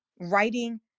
writing